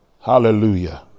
Hallelujah